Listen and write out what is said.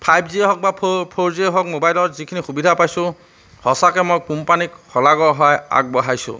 five G হওক বা four' four G হওক মোবাইলৰ যিখিনি সুবিধা পাইছোঁ সঁচাকৈ মই কোম্পানীক শলাগৰ শৰাই আগবঢ়াইছোঁ